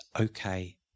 okay